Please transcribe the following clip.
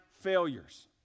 failures